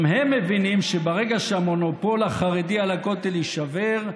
גם הם מבינים שברגע שהמונופול החרדי על הכותל יישבר,